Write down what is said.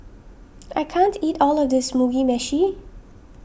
I can't eat all of this Mugi Meshi